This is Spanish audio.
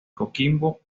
coquimbo